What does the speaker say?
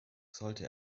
sollte